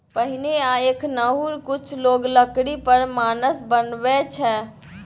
पहिने आ एखनहुँ कुछ लोक लकड़ी पर भानस बनबै छै